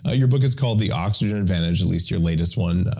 ah your book is called the oxygen advantage, at least your latest one.